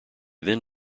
then